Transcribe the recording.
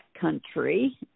country